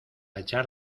echar